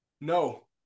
No